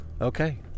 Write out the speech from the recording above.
okay